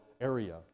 area